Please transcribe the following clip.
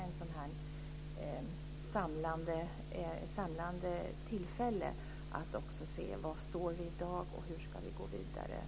Det kommer att vara ett samlande tillfälle för att se var vi står i dag och hur vi ska gå vidare.